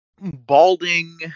balding